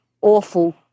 awful